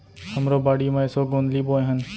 हमरो बाड़ी म एसो गोंदली बोए हन